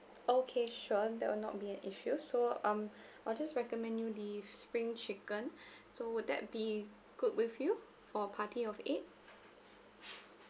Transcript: okay sure that will not be an issue so um I'll just recommend you the spring chicken so would that be good with you for a party of eight